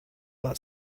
that